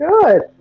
good